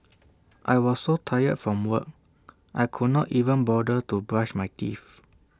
I were so tired from work I could not even bother to brush my teeth